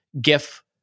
gif